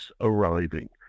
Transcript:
arriving